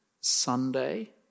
Sunday